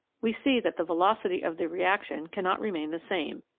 we see that the velocity of the reaction cannot remain the same.